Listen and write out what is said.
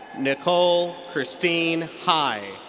nikole christine high.